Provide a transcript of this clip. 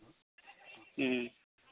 ᱦᱩᱸ